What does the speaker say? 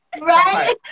Right